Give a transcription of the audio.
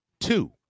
two